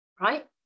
right